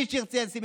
מי שירצה ישים,